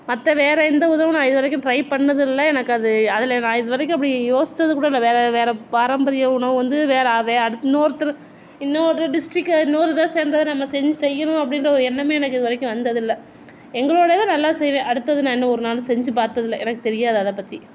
மற்ற வேற எந்த உதவும் நான் இது வரைக்கும் ட்ரை பண்ணதும் இல்லை எனக்கு அது அதில் நான் இது வரைக்கும் அப்படி யோசித்தது கூட இல்லை வேறே வேறே பாரம்பரிய உணவு வந்து வேறே வே அடுத் இன்னொருத்தர் இன்னொரு டிஸ்டிக்கு இன்னொரு இதை சேர்ந்தத நம்ம செஞ் செய்யணும் அப்படின்ற ஒரு எண்ணமே எனக்கு இது வரைக்கும் வந்ததில்லை எங்களோடய இது நல்லா செய்வேன் அடுத்தது நான் இன்னும் ஒரு நாளும் செஞ்சு பார்த்ததில்ல எனக் தெரியாது அதைப் பற்றி